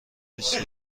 بیست